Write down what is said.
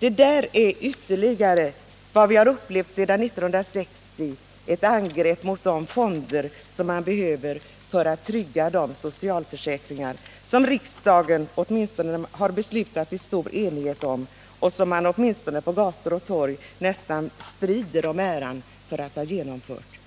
Förslaget är ytterligare ett av de angrepp som vi upplevt sedan 1960 mot de fonder som vi behöver för att trygga de socialförsäkringar som riksdagen har beslutat om i stor enighet och som man åtminstone på gator och torg nästan strider om äran av att ha genomfört.